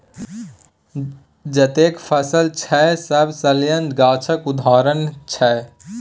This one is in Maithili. जतेक फसल छै सब सलियाना गाछक उदाहरण छै